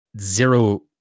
zero